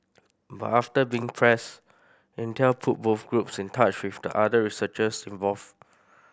but after being pressed Intel put both groups in touch with the other researchers involved